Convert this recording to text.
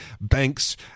banks